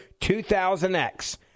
2000X